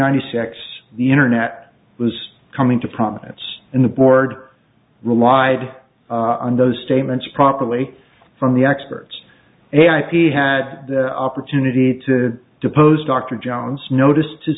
ninety six the internet was coming to prominence in the board relied on those statements properly from the experts and ip had the opportunity to depose dr jones noticed his